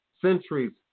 centuries